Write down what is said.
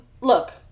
Look